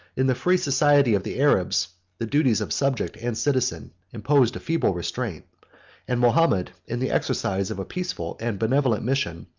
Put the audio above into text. in the free society of the arabs, the duties of subject and citizen imposed a feeble restraint and mahomet, in the exercise of a peaceful and benevolent mission,